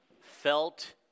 felt